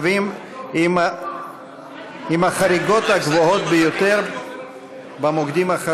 בעיקר באזורי המגזר החרדי.